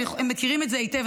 הם מכירים את זה היטב,